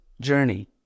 journey